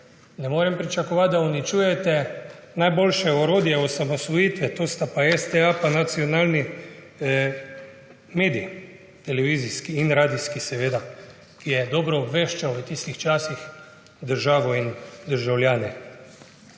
ne morem pričakovati, da uničujete najboljše orodje osamosvojitve, to sta STA pa nacionalni televizijski in radijski medij, ki je dobro obveščal v tistih časih državo in državljane.